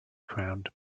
crowned